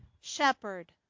shepherd